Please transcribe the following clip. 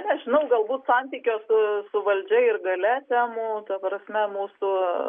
nežinau galbūt santykio su su valdžia ir galia temų ta prasme mūsų